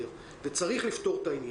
צריך לעשות את זה